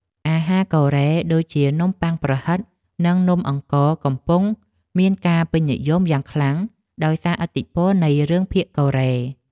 អាហារកូរ៉េដូចជានំប៉័ងប្រហិតនិងនំអង្ករកំពុងមានការពេញនិយមយ៉ាងខ្លាំងដោយសារឥទ្ធិពលនៃរឿងភាគកូរ៉េ។